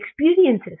experiences